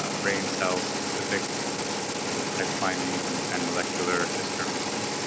ah brain cell-specific type findings and and molecular disturbances.